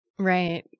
Right